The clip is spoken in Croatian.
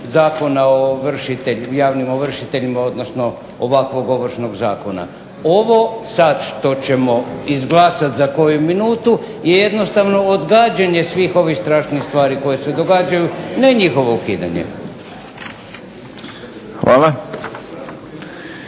Zakona o javnim ovršiteljima, odnosno ovakvog Ovršnog zakona. Ovo sad što ćemo izglasati za koju minutu je jednostavno odgađanje svih ovih strašnih stvari koje se događaju, ne njihovo ukidanje.